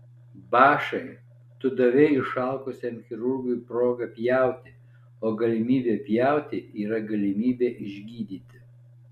bašai tu davei išalkusiam chirurgui progą pjauti o galimybė pjauti yra galimybė išgydyti